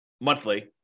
monthly